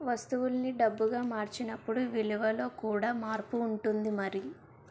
వస్తువుల్ని డబ్బుగా మార్చినప్పుడు విలువలో కూడా మార్పు ఉంటుంది మరి